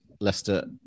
Leicester